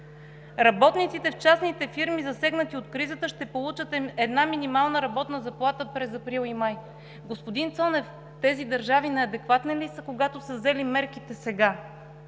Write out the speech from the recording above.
„Работниците в частните фирми, засегнати от кризата, ще получат една минимална работна заплата през април и май“. Господин Цонев, тези държави неадекватни ли са, когато са взели мерките сега?